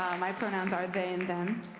my pronouns are they and them.